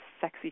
sexy